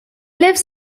lives